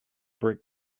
brick